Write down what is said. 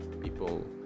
people